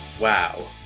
Wow